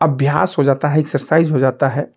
अभ्यास हो जाता है एक्सरसाइज़ हो जाता है